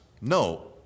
no